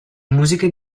musiche